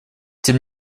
тем